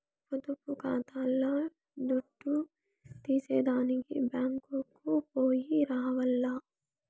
పొదుపు కాతాల్ల దుడ్డు తీసేదానికి బ్యేంకుకో పొయ్యి రావాల్ల